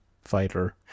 fighter